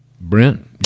brent